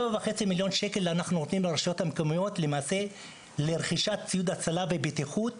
אנחנו נותנים לרשויות 7.5 מיליון שקלים לרכישת ציוד הצלה ובטיחות,